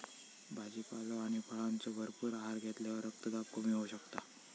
भाजीपालो आणि फळांचो भरपूर आहार घेतल्यावर रक्तदाब कमी होऊ शकता